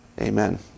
Amen